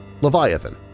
Leviathan